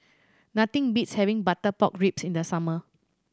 nothing beats having butter pork ribs in the summer